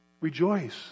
Rejoice